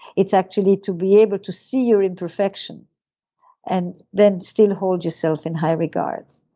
it's actually to be able to see your imperfection and then still hold yourself in high regards.